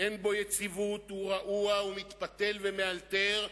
אין בו יציבות, הוא רעוע והוא מתפתל ומאלתר,